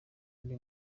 ndi